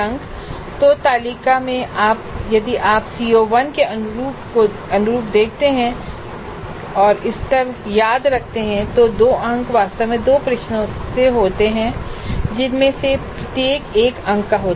तो तालिका में यदि आप CO1 के अनुरूप देखते हैं और स्तर याद रखते हैं तो 2 अंक वास्तव में दो प्रश्नों से होते हैं जिनमें से प्रत्येक 1 अंक का होता है